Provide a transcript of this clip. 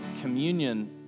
communion